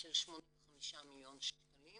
של 85 מיליון שקלים